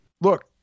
Look